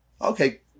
Okay